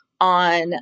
on